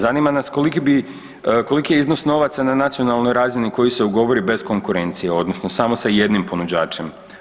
Zanima nas koliki je iznos novaca na nacionalnoj razini koji se ugovori bez konkurencije, odnosno samo sa jednim ponuđačem.